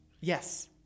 Yes